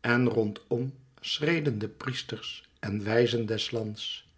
en rondom schreden de priesters en wijzen des lands